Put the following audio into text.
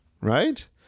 right